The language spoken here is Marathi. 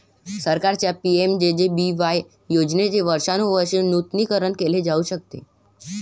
सरकारच्या पि.एम.जे.जे.बी.वाय योजनेचे वर्षानुवर्षे नूतनीकरण केले जाऊ शकते